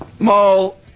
Mole